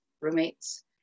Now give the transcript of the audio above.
roommates